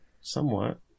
Somewhat